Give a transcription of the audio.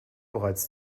bereits